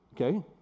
okay